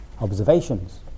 Observations